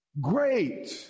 great